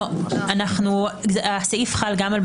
לא חלופה.